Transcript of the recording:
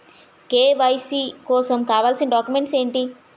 KYC కోసం కావాల్సిన documents ఎంటి?